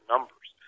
numbers